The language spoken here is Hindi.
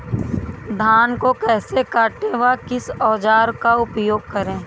धान को कैसे काटे व किस औजार का उपयोग करें?